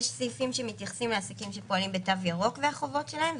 יש סעיפים שמתייחסים לעסקים שפועלים בתו ירוק והחובות שלהם,